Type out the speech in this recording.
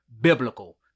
biblical